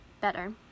Better